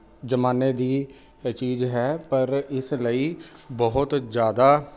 ਜ਼ਮਾਨੇ ਦੀ ਚੀਜ਼ ਹੈ ਪਰ ਇਸ ਲਈ ਬਹੁਤ ਜ਼ਿਆਦਾ